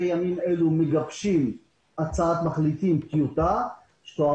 בימים אלה מגבשים טיוטה להצעת מחליטים שתעבור